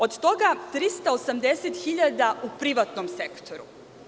Od toga 380.000 u privatnom sektoru.